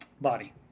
body